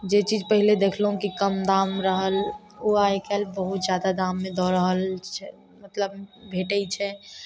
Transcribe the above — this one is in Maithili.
जे चीज पहिले देखलहुँ कि कम दाम रहल ओ आइ काल्हि बहुत जादा दाममे दऽ रहल छै मतलब भेटय छै